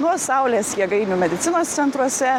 nuo saulės jėgainių medicinos centruose